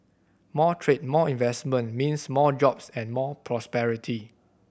more trade more investment means more jobs and more prosperity